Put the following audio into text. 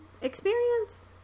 experience